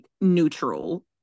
neutral